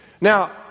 Now